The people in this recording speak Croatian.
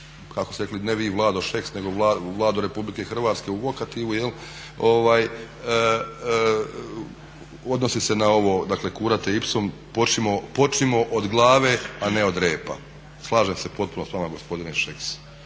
kako ste vi rekli ne vi Vlado Šeks nego Vlado Republike Hrvatske u vokativu, odnosi se na ovo …, počnimo od glave, a ne od repa. Slažem se potpuno s vama gospodine Šeks.